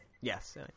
Yes